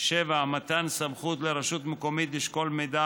7. מתן סמכות לרשות המקומית לשקול מידע